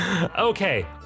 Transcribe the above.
Okay